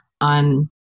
on